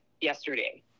yesterday